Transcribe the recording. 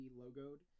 logoed